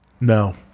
No